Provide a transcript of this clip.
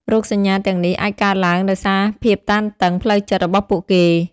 រោគសញ្ញាទាំងនេះ អាចកើតឡើងដោយសារភាពតានតឹងផ្លូវចិត្តរបស់ពួកគេ។